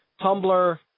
Tumblr